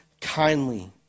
kindly